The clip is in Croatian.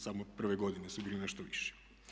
Samo prve godine su bili nešto viši.